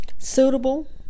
Suitable